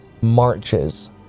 Marches